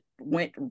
went